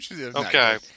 Okay